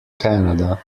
canada